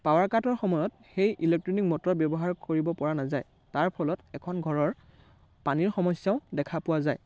power কাটৰ সময়ত সেই ইলেক্ট্ৰনিক মটৰ ব্যৱহাৰ কৰিব পৰা নাযায় তাৰ ফলত এখন ঘৰৰ পানীৰ সমস্যাও দেখা পোৱা যায়